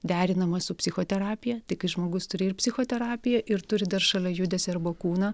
derinama su psichoterapija tai kai žmogus turi ir psichoterapiją ir turi dar šalia judesį arba kūną